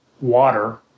water